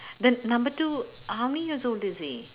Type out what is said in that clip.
the number two how many years old is he